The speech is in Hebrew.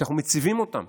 שאנחנו מציבים אותם.